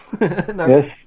Yes